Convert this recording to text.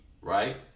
right